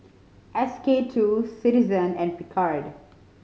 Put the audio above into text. S K Two Citizen and Picard